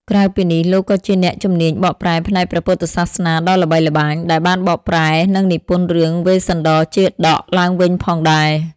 ក្រៅពីនេះ លោកក៏ជាអ្នកជំនាញបកប្រែផ្នែកព្រះពុទ្ធសាសនាដ៏ល្បីល្បាញ ដែលបានបកប្រែ និងនិពន្ធរឿង វេស្សន្ដរជាតក ឡើងវិញផងដែរ។